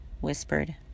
whispered